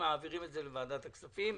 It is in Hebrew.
מעבירים את זה לוועדת הכספים,